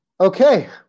Okay